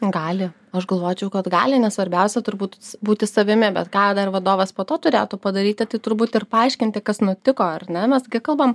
gali aš galvočiau kad gali nes svarbiausia turbūt būti savimi bet ką dar vadovas po to turėtų padaryti tai turbūt ir paaiškinti kas nutiko ar ne mes gi kalbam